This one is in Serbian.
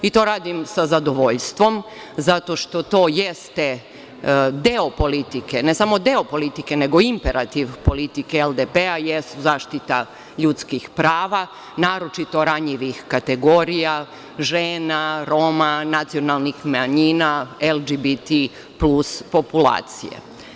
I to radim sa zadovoljstvom, zato što to jeste deo politike, ne samo deo politike, nego imperativ politike LDP - zaštita ljudskih prava, naročito ranjivih kategorija, žena, Roma, nacionalnih manjina, LGBT Plus populacije.